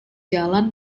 jalan